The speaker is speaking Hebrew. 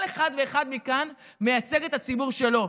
כל אחד ואחד מכאן מייצג את הציבור שלו.